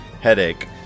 headache